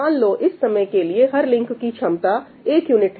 मान लो इस समय के लिए हर लिंक की क्षमता एक यूनिट है